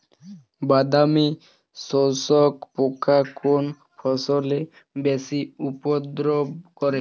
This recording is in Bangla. বাদামি শোষক পোকা কোন ফসলে বেশি উপদ্রব করে?